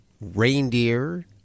reindeer